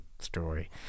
story